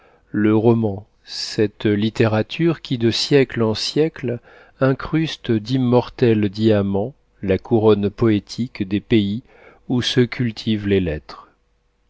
le roman cette littérature qui de siècle en siècle incruste d'immortels diamants la couronne poétique des pays où se cultivent les lettres